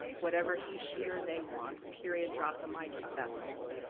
whatever he, she, or they wants. period, drop the mic, it's that simple.